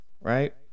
right